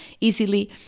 easily